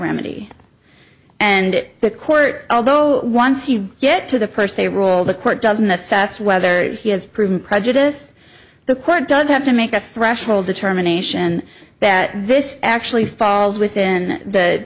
remedy and it the court although once you get to the per se rule the court doesn't assess whether he has proven prejudice the court does have to make a threshold determination that this actually falls within the